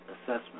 assessment